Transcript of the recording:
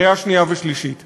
בקריאה שנייה ושלישית,